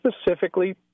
specifically